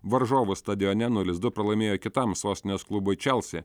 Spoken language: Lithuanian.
varžovų stadione nulis du pralaimėjo kitam sostinės klubui chelsea